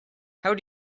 how